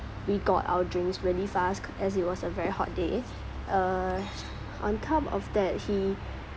we got our drinks really fast ca~ as it was a very hot day err on top of that he